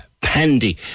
Pandy